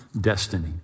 destiny